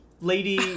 Lady